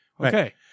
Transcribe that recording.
Okay